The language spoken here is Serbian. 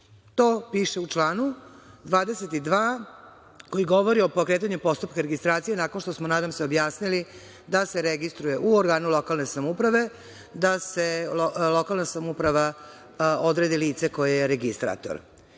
To piše u članu 22. koji govori o pokretanju postupka registracije, nakon što smo, nadam se, objasnili da se registruje u organu lokalne samouprave, da lokalna samouprava odredi lice koje je registrator.